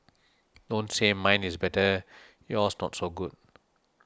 don't say mine is better yours not so good